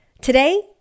Today